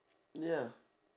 ya